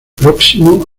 próximo